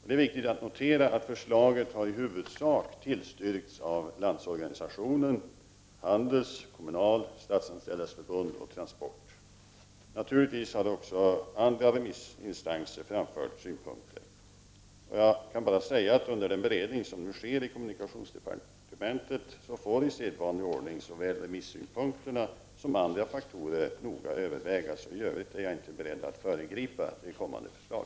Det är viktigt att notera att förslaget i huvudsak har tillstyrkts av Landsorganisationen, Handels, Kommunal, Statsanställdas förbund och Transport. Andra remissinstanser har naturligtvis också framfört synpunkter. Under den beredning som nu sker inom kommunikationsdepartementet får såväl remissynpunkterna som andra faktorer noga övervägas. I övrigt är jag inte beredd att föregripa kommande förslag.